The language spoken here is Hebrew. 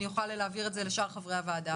ונוכל להעביר גם לשאר חברי הוועדה.